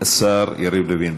השר יריב לוין.